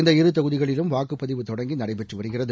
இந்த இரு தொகுதிகளிலும் வாக்குப்பதிவு தொடங்கி நடைபெற்று வருகிறது